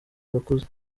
bakuze